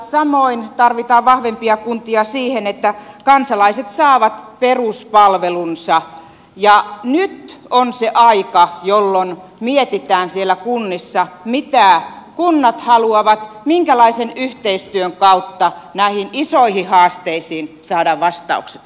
samoin tarvitaan vahvempia kuntia siihen että kansalaiset saavat peruspalvelunsa ja nyt on se aika jolloin mietitään kunnissa mitä kunnat haluavat minkälaisen yhteistyön kautta näihin isoihin haasteisiin saadaan vastaukset